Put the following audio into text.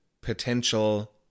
potential